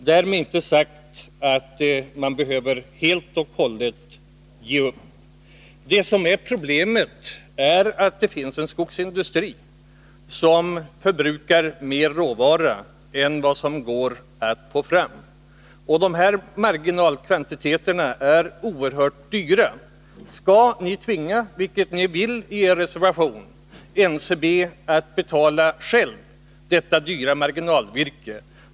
Därmed inte sagt att man helt och hållet behöver ge upp. Problemet är att skogsindustrin förbrukar mera råvara än det går att få fram. Marginalkvantiteterna är oerhört dyra. I er reservation vill ni tvinga NCB att själv betala detta dyra marginalvirke.